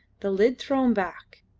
the lid thrown back,